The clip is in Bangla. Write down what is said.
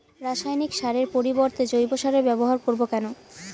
রাসায়নিক সারের পরিবর্তে জৈব সারের ব্যবহার করব কেন?